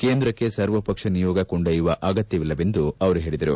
ಕೇಂದ್ರಕ್ಕೆ ಸರ್ವ ಪಕ್ಷ ನಿಯೋಗ ಕೊಂಡೊಯ್ಯವ ಅಗತ್ಯವಿಲ್ಲ ಎಂದು ಹೇಳಿದರು